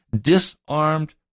disarmed